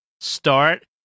start